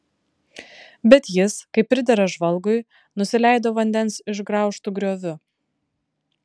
bet jis kaip pridera žvalgui nusileido vandens išgraužtu grioviu